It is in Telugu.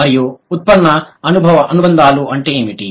మరియు ఉత్పన్న అనుబంధాలు అంటే ఏమిటి